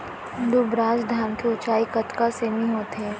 दुबराज धान के ऊँचाई कतका सेमी होथे?